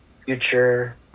future